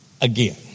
again